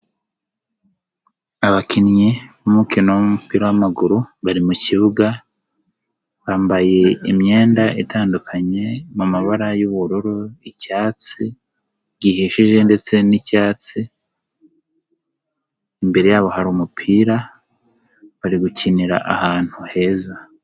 Abakinnyi b'umukino w'umupira wa maguru bari mukibuga, bambaye imyenda itandukanye, mumabara y'ubururu, icyatsi gihishije ndetse n'icyatsi, imbere yabo hari umupira bari gukinira ahantu heza.